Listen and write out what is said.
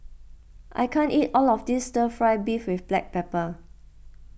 I can't eat all of this Stir Fry Beef with Black Pepper